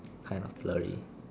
kind of blurry